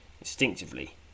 Instinctively